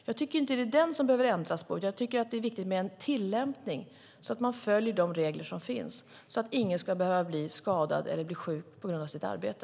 Jag tycker inte att det är den som behöver ändras, utan det är viktigt med en tillämpning som följer de regler som finns så att ingen ska behöva bli skadad eller sjuk på grund av sitt arbete.